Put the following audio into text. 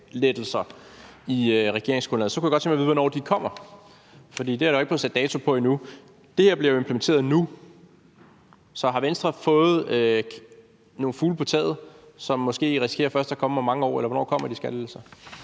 på nogle skattelettelser, kunne jeg godt tænke mig at vide, hvornår de kommer, for det er der jo ikke blevet sat en dato på endnu, og det her bliver implementeret nu. Så har Venstre fået nogle fugle på taget, og risikerer skattelettelserne måske først at komme om mange år, eller hvornår kommer de skattelettelser?